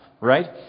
right